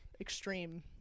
extreme